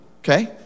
Okay